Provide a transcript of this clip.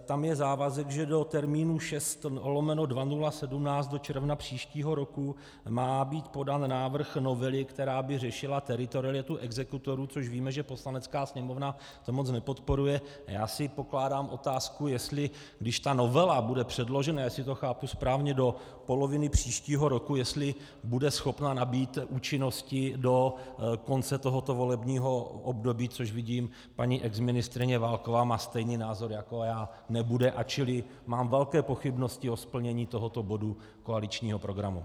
Tam je závazek, že do termínu 6/2017, do června příštího roku, má být podán návrh novely, která by řešila teritorialitu exekutorů, což víme, že Poslanecká sněmovna to moc nepodporuje, a já si pokládám otázku, jestli když ta novela bude předložena, jestli to chápu správně, do poloviny příštího roku, jestli bude schopna nabýt účinnosti do konce tohoto volebního období, což vidím, paní exministryně Válková má stejný názor jako já, nebude, čili mám velké pochybnosti o splnění tohoto bodu koaličního programu.